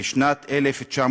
בשנת 1980